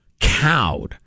cowed